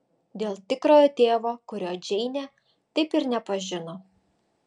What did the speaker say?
dėl tikrojo tėvo kurio džeinė taip ir nepažino